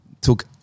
took